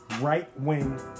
right-wing